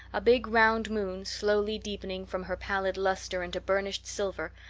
a big round moon, slowly deepening from her pallid luster into burnished silver,